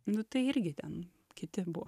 nu tai irgi ten kiti buvo